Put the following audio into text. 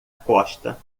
costa